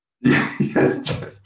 Yes